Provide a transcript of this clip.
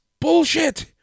bullshit